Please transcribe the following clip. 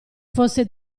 fosse